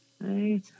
right